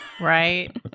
Right